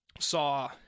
saw